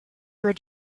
where